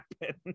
happen